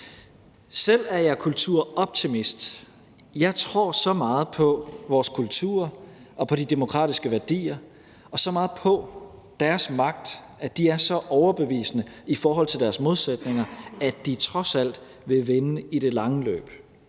Selv er jeg kulturoptimist. Jeg tror så meget på vores kultur og de demokratiske værdier og så meget på deres magt, og at de er så overbevisende i forhold til deres modsætninger, at de trods alt vil vinde i det lange løb.